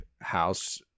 house